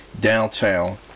downtown